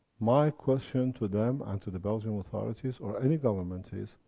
my question to them and to the belgian authorities or any governments is.